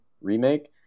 Remake